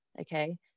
okay